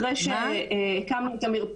אחרי שהקמנו את --- מה?